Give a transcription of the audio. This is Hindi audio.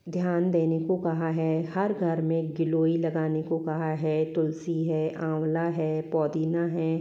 ध्यान देने को कहा है हर घर में गिलोय लगाने को कहा है तुलसी है आंवला है पुदीना है